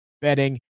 betting